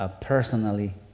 personally